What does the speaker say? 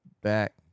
back